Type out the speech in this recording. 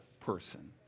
person